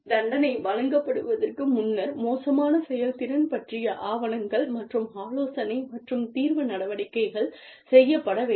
தண்டனை வழங்கப்படுவதற்கு முன்னர் மோசமான செயல்திறன் பற்றிய ஆவணங்கள் மற்றும் ஆலோசனை மற்றும் தீர்வு நடவடிக்கைகள் செய்யப்பட வேண்டும்